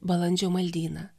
balandžio maldyną